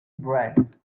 bread